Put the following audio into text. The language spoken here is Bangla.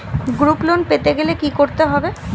গ্রুপ লোন পেতে গেলে কি করতে হবে?